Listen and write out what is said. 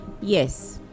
yes